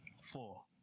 Four